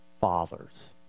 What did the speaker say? fathers